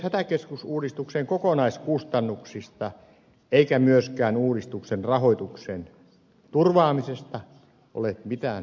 hätäkeskusuudistuksen kokonaiskustannuksista eikä myöskään uudistuksen rahoituksen turvaamisesta ole mitään varmuutta